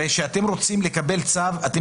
הרי כאשר אתם רוצים לקבל צו אתם